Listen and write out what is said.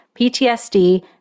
PTSD